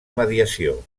mediació